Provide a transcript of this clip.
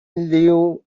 knew